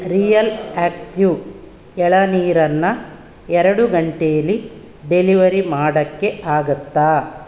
real active ಎಳನೀರನ್ನು ಎರಡು ಗಂಟೇಲಿ ಡೆಲಿವರಿ ಮಾಡೋಕ್ಕೆ ಆಗುತ್ತಾ